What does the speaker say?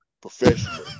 professional